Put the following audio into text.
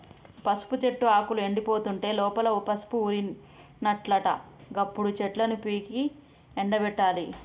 పసుపు చెట్టు ఆకులు ఎండిపోతుంటే లోపల పసుపు ఊరినట్లట గప్పుడు చెట్లను పీకి ఎండపెట్టాలి